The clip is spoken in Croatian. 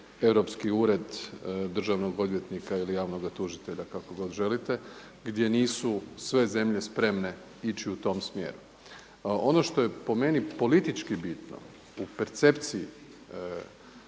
europski Ured državnog odvjetnika ili javnoga tužitelja kako god želite gdje nisu sve zemlje spremne ići u tom smjeru. Ono što je po meni politički bitno u percepciji